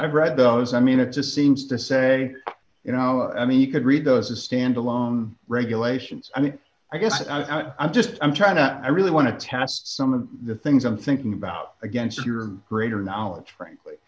i've read those i mean it just seems to say you know i mean you could read those a standalone regulations i mean i guess i'm just i'm trying to i really want to test some of the things i'm thinking about against your greater knowledge